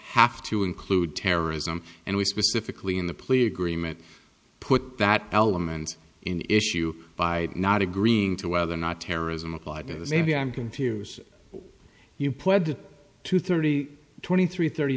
have to include terrorism and we specifically in the plea agreement put that element in issue by not agreeing to whether or not terrorism applied maybe i'm confused you pled to thirty twenty three thirty